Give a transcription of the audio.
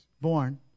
born